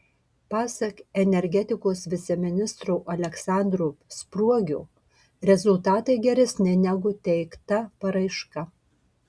pasak energetikos viceministro aleksandro spruogio rezultatai geresni negu teikta paraiška